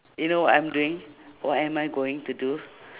you know I'm doing what am I going to do